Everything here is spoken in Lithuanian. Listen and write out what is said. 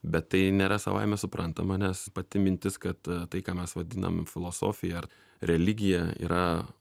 bet tai nėra savaime suprantama nes pati mintis kad tai ką mes vadinam filosofija ar religija yra